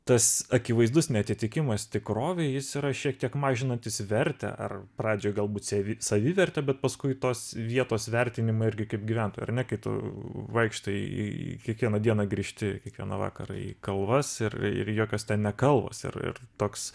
tas akivaizdus neatitikimas tikrovei jis yra šiek tiek mažinantis vertę ar pradžoj galbūt sevi savivertę bet paskui tos vietos vertinimą irgi kaip gyventojų ir ne kai tu vaikštai į kiekvieną dieną grįžti kiekvieną vakarą į kalvas ir ir jokios ten ne kalvos ir toks